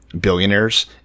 billionaires